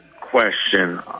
question